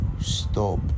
stop